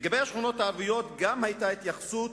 לגבי השכונות הערביות גם היתה התייחסות,